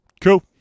cool